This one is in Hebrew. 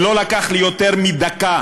ולא לקח לי יותר מדקה